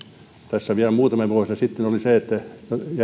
tässä vielä muutamia vuosia sitten oli niin että järjestöt